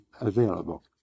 available